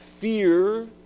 fear